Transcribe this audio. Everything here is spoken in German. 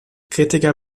kritiker